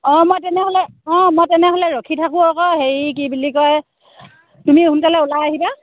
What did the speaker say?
অ' মই তেনেহ'লে অ' মই তেনেহ'লে ৰখি থাকোঁ আকৌ হেৰি কি বুলি কয় তুমি সোনকালে ওলাই আহিবা